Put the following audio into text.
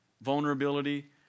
vulnerability